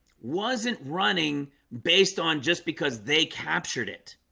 wasn't running based on just because they captured it